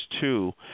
two